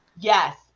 Yes